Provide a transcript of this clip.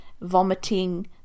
vomiting